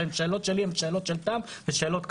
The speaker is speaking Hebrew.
ושאלות שלי הן שאלות של טעם ושאלות קשות.